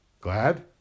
Glad